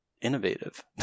innovative